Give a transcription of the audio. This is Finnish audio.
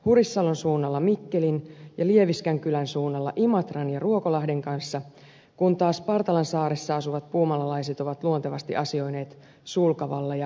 hurissalon suunnalla mikkelin ja lieviskän kylän suunnalla imatran ja ruokolahden kanssa kun taas partalansaaressa asuvat puumalalaiset ovat luontevasti asioineet sulkavalla ja juvalla